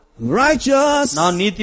Righteous